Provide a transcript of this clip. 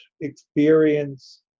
experience